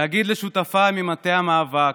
להגיד לשותפיי ממטה המאבק: